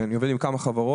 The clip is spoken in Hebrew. אני עובד עם כמה חברות.